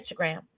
Instagram